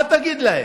מה תגיד להם?